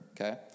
okay